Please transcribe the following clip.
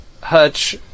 Hutch